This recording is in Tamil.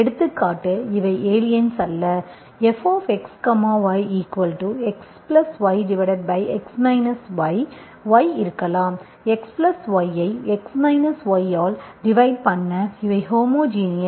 எடுத்துக்காட்டு இவை ஏலியன்ஸ் அல்ல fxyxy x y y இருக்கலாம் x பிளஸ் y ஐ x மைனஸ் y ஆல் டிவைட் பண்ண இவை ஹோமோஜினஸ்